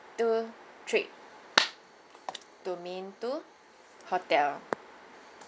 two three domain two hotel